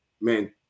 man